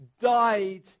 died